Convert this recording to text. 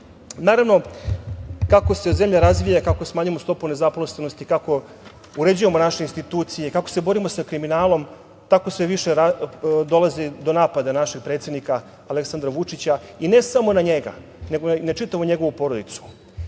sredine. Naravno, kako se zemlja razvija, kako smanjujemo stopu nezaposlenosti, kako uređujemo naše institucije, kako se borimo sa kriminalom, tako sve više dolazi do napada na našeg predsednika, Aleksandra Vučića. Ne samo na njega, nego i na čitavu njegovu porodicu. Oni